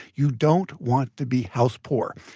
you don't want to be house-poor.